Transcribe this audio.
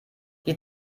die